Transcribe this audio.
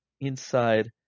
inside